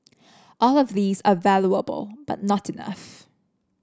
all of these are valuable but not enough